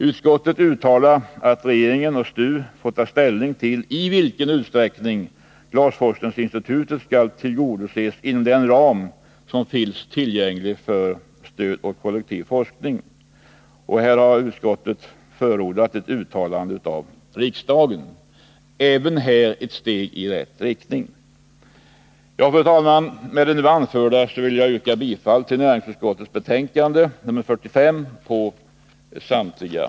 Utskottet uttalar att regeringen och STU får ta ställning till i vilken utsträckning Glasforskningsinstitutet skall tillgodoses inom den ram som finns tillgänglig för stöd åt kollektiv forskning. Här har utskottet förordat ett uttalande av riksdagen. Även det är ett steg i rätt riktning. Fru talman! Med det nu anförda vill jag yrka bifall till näringsutskottets hemställan under samtliga punkter i dess betänkande 45.